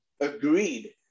agreed